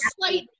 slight